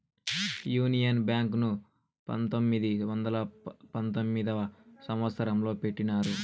union Bank ను పంతొమ్మిది వందల పంతొమ్మిదవ సంవచ్చరంలో పెట్టినారు